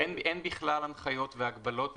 אין בכלל הנחיות, הגבלות ופיקוח.